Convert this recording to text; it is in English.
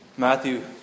Matthew